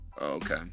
Okay